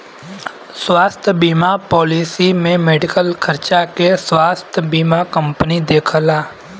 स्वास्थ्य बीमा पॉलिसी में मेडिकल खर्चा के स्वास्थ्य बीमा कंपनी देखला